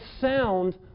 sound